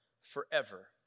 forever